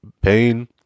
pain